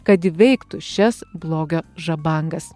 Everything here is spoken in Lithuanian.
kad įveiktų šias blogio žabangas